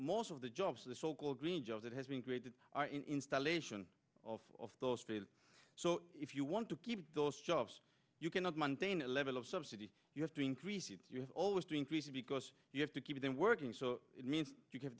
most of the jobs the so called green jobs that have been created are in installation of those people so if you want to keep those jobs you cannot mundane a level of subsidy you have to increase its you always do increase it because you have to keep them working so it means you have